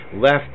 left